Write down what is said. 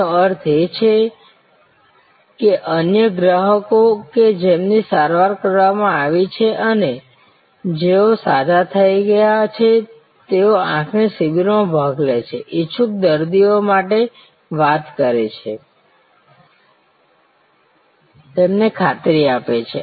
તેનો અર્થ એ કે અન્ય ગ્રાહકો કે જેમની સારવાર કરવામાં આવી છે અને જેઓ સાજા થયા છે તેઓ આંખની શિબિર માં ભાગ લે છે ઇચ્છુક દર્દીઓ સાથે વાત કરે છે તેમને ખાતરી આપે છે